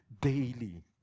daily